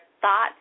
thoughts